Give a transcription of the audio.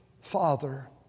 Father